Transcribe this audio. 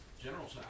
General